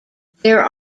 there